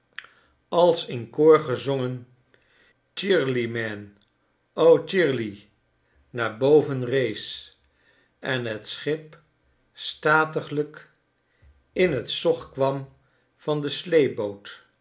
als in koor gezongen cheerily men o cheerily x naar boven rees en het schip statiglijk in t zog kwam van de